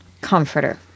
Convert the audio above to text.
comforter